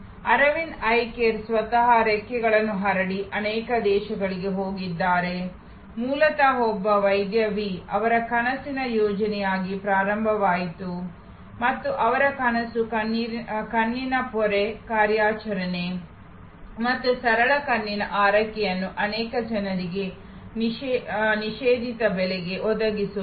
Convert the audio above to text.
Arvind Eye Care ಸ್ವತಃ ರೆಕ್ಕೆಗಳನ್ನು ಹರಡಿ ಅನೇಕ ದೇಶಗಳಿಗೆ ಹೋಗಿದ್ದಾರೆ ಮೂಲತಃ ಒಬ್ಬ ವೈದ್ಯ ವಿ ಅವರ ಕನಸಿನ ಯೋಜನೆಯಾಗಿ ಪ್ರಾರಂಭವಾಯಿತು ಮತ್ತು ಅವರ ಕನಸು ಕಣ್ಣಿನ ಪೊರೆ ಕಾರ್ಯಾಚರಣೆ ಮತ್ತು ಸರಳ ಕಣ್ಣಿನ ಆರೈಕೆಯನ್ನು ಅನೇಕ ಜನರಿಗೆ ನಿಷೇಧಿತ ಬೆಲೆಗೆ ಒದಗಿಸುವುದು